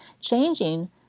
changing